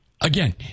again